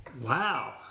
wow